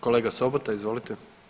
Kolega Sobota, izvolite.